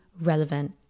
relevant